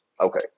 Okay